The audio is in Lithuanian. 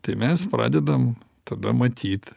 tai mes pradedam tada matyt